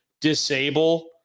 disable